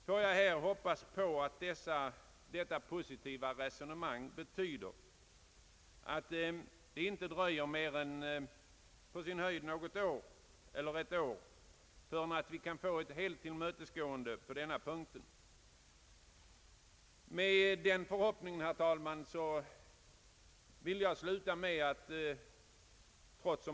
Kanske vågar jag hoppas att utskottets positiva resonemang betyder att det inte dröjer mer än något år förrän vi kan vinna full förståelse på denna punkt. Trots att jag hör till motionärerna har jag, herr talman, i dag inget yrkande utan hoppas på att motionerna får en helt och hållet positiv behandling nästa gång.